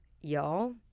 Y'all